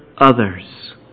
others